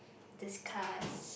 discuss